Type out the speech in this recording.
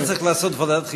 על זה צריך לעשות ועדת חקירה.